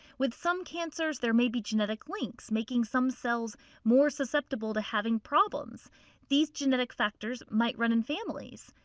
with some cancers, there may be genetic links making some cells more susceptible to having problems these genetic factors might run in families.